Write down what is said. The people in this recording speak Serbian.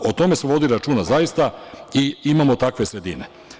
O tome smo vodili računa, zaista i imamo takve sredine.